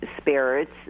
spirits